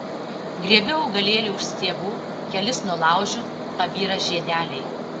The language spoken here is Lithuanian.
griebiu augalėlį už stiebų kelis nulaužiu pabyra žiedeliai